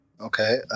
Okay